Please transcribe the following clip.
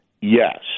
yes